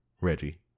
Reggie